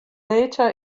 later